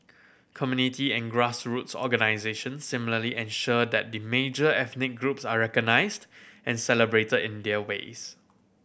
community and grassroots organisations similarly ensure that the major ethnic groups are recognised and celebrated in their ways